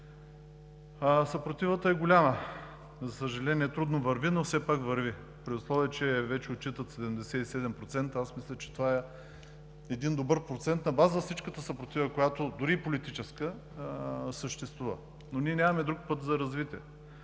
Съпротивата е голяма, за съжаление трудно върви, но все пак върви. При условие че вече отчитат 77%, аз мисля, че това е един добър процент на база всичката съпротива, която, дори и политическа, съществува. Но ние нямаме друг път за развитие.